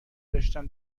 داشتن